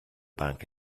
bank